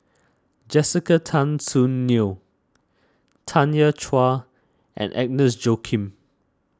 Jessica Tan Soon Neo Tanya Chua and Agnes Joaquim